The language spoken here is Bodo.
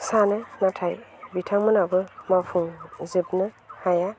सानो नाथाय बिथांमोनाबो मावफुंजोबनो हाया